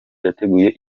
yateguye